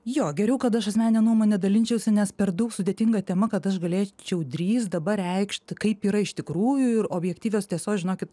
jo geriau kad aš asmenine nuomone dalinčiausi nes per daug sudėtinga tema kad aš galėčiau drįst dabar reikšti kaip yra iš tikrųjų ir objektyvios tiesos žinokit